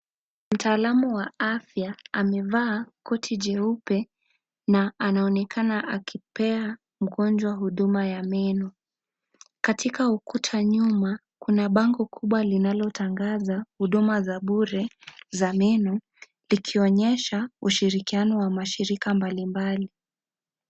Mtaalam wa afya amevaa koti jeupe na anaonekana akipea mgonjwa huduma ya meno. Katika ukuta nyuma, kuna bango kubwa linalotangaza huduma za bure za meno, likionyesha ushirikiano wa mashirika mbalimbali.